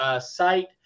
site